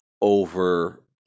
over